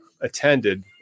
attended